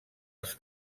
els